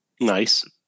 Nice